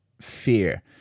fear